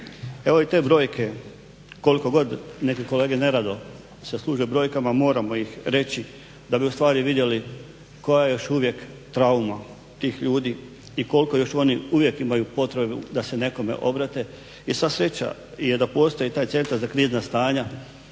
Evo i te brojke, koliko god neke kolege nerado se služe brojkama, moramo ih reći da bi ustvari vidjeli koja još uvijek trauma tih ljudi i koliko još oni uvijek imaju potrebu da se nekome obrate. I sva sreća je da postoji taj Centar za krizna stanja,